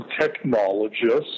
technologists